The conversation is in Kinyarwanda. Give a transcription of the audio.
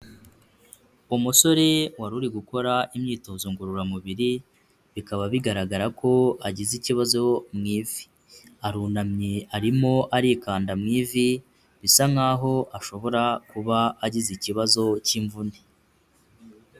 Umusore wari uri gukora imyitozo ngororamubiri, bikaba bigaragara ko agize ikibazo mu ivi. Arunamye arimo arikanda mu ivi, bisa nkaho ashobora kuba agize ikibazo cy'imvune.